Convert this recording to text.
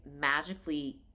magically